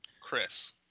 chris